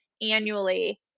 annually